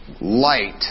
light